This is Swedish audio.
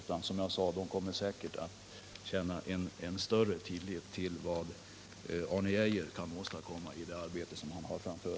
De kommer, som sagt, säkert att känna större förtroende för vad Arne Geijer kan åstadkomma i det arbete som han har framför